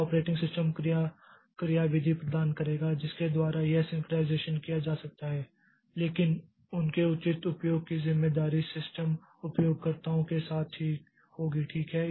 तो operating system क्रियाविधि प्रदान करेगा जिसके द्वारा यह सिंक्रनाइज़ेशन किया जा सकता है लेकिन उनके उचित उपयोग की जिम्मेदारी सिस्टम उपयोगकर्ताओं के साथ होगी ठीक है